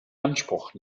anspruch